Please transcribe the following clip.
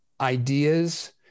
ideas